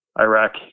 Iraq